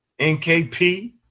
NKP